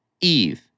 Eve